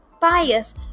bias